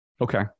Okay